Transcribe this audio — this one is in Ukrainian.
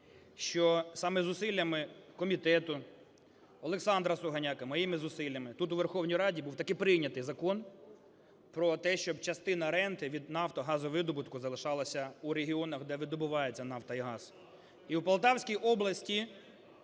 що саме зусиллями комітету, Олександра Сугоняко, моїми зусиллями, тут, у Верховній Раді, був таки прийнятий закон про те, щоб частина ренти від нафто-, газовидобутку залишалася у регіонах, де видобуваються нафта і газ. І в Полтавській області